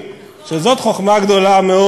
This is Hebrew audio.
וזאת חוכמה גדולה מאוד,